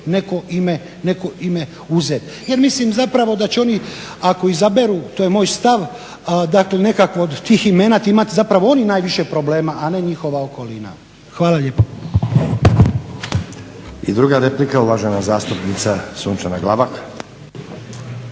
neko ime uzeti. Ja mislim zapravo da će oni ako izaberu, to je moj stav, dakle nekakvo od tih imena imati zapravo oni najviše problema a ne njihova okolina. Hvala lijepo. **Stazić, Nenad (SDP)** I druga replika, uvažena zastupnika Sunčana Glavak.